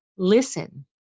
listen